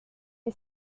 est